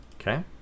Okay